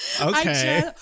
okay